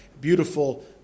Beautiful